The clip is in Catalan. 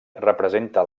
representa